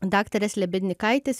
daktarės lebednykaitės